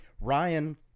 Ryan